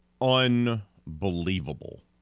unbelievable